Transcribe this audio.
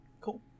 Cool